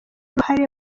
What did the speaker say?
uruhare